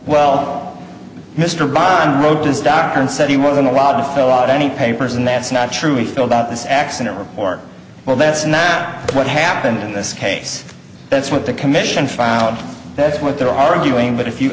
well mr byron wrote this down and said he wasn't allowed to fill out any papers and that's not true filled out this accident report well that's not what happened in this case that's what the commission found that's what they're arguing but if you